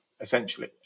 essentially